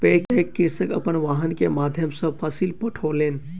पैघ कृषक अपन वाहन के माध्यम सॅ फसिल पठौलैन